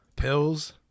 Pills